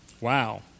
Wow